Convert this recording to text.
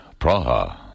Praha